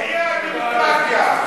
תחי הדמוקרטיה.